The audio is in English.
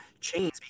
chains